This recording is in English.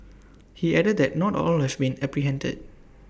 he added that not all have been apprehended